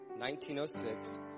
1906